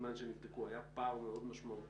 בזמן שהם נבדקו היה פער מאוד משמעותי